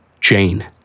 Jane